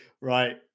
Right